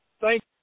Thank